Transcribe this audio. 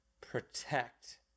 protect